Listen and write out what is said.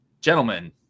gentlemen